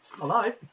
alive